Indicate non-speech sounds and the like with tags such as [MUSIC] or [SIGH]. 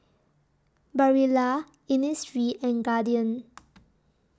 Barilla Innisfree and Guardian [NOISE]